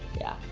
yeah.